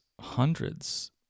hundreds